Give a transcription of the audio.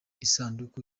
isanduku